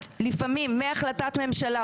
לפעמים מהחלטת ממשלה,